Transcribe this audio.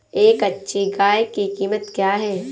एक अच्छी गाय की कीमत क्या है?